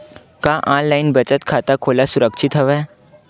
का ऑनलाइन बचत खाता खोला सुरक्षित हवय?